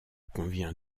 convient